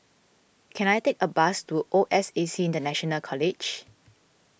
can I take a bus to O S A C International College